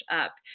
up